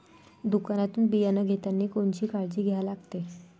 दुकानातून बियानं घेतानी कोनची काळजी घ्या लागते?